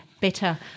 better